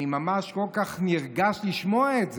אני ממש נרגש כול כך לשמוע את זה.